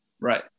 Right